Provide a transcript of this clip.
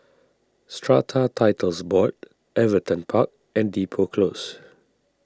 Strata Titles Board Everton Park and Depot Close